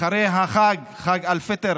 אחרי החג, חג אל-פיטר